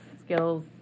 skills